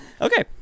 Okay